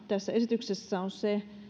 tässä esityksessä on se